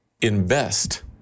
invest